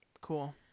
cool